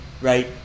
Right